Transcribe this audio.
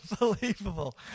Unbelievable